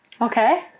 Okay